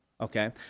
okay